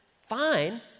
fine